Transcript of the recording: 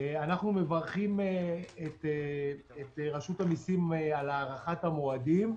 אנו מברכים את רשות המיסים על הארכת המועדים,